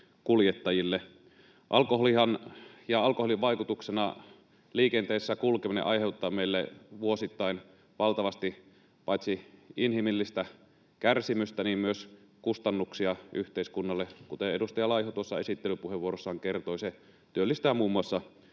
Alkoholihan ja alkoholin vaikutuksen alaisena liikenteessä kulkeminen aiheuttaa meille vuosittain valtavasti paitsi inhimillistä kärsimystä myös kustannuksia yhteiskunnalle, kuten edustaja Laiho tuossa esittelypuheenvuorossaan kertoi. Se työllistää muun muassa